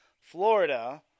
Florida